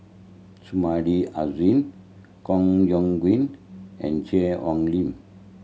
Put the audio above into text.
Sumida Haruzo Koh Yong Guan and Cheang Ong Lim